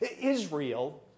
Israel